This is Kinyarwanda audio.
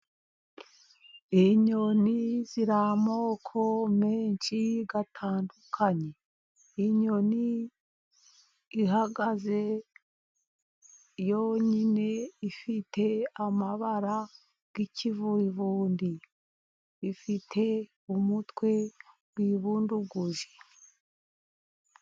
Inyoni ziri amoko menshi atandukanye. Inyoni ihagaze yonyine ifite amabara y'ikivurivundi, ifite umutwe wibunduguje.